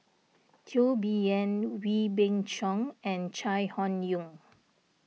Teo Bee Yen Wee Beng Chong and Chai Hon Yoong